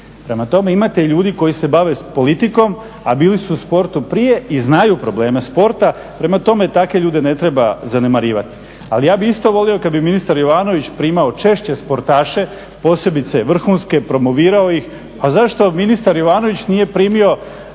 Prema tome, imate ljudi koji se bave politikom a bili su u sportu prije i znaju probleme sporta. Prema tome, takve ljude ne treba zanemarivati. Ali ja bi isto volio kad bi ministar Jovanović primao češće sportaše, posebice vrhunske, promovirao ih. A zašto ministar Jovanović nije primio